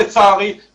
לצערי,